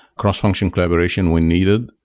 cross-function collaboration when needed,